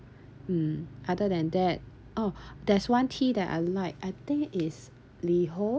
mm other than that oh there's one tea that I like I think is Liho